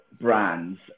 brands